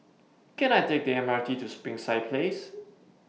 Can I Take The M R T to Springside Place